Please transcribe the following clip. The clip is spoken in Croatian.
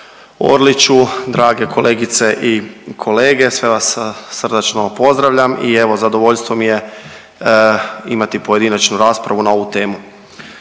Orliću, drage kolegice i kolege sve vas srdačno pozdravljam i evo zadovoljstvo mi je imati pojedinačnu raspravu na ovu temu.